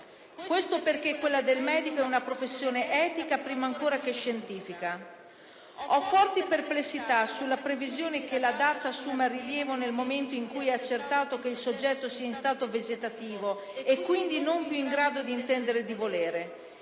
Questo perché quella del medico è una professione etica prima ancora che scientifica. Ho forti perplessità sulla previsione che la DAT assuma rilievo nel momento in cui è accertato che il soggetto sia in stato vegetativo e quindi non più in grado di intendere e di volere;